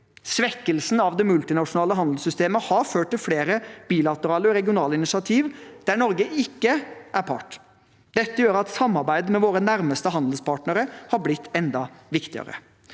Svekkelsen av det multinasjonale handelssystemet har ført til flere bilaterale og regionale initiativer der Norge ikke er part. Dette gjør at samarbeid med våre nærmeste handelspartnere har blitt enda viktigere.